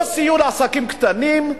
לא סייעו לעסקים קטנים,